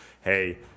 hey